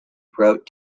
wrote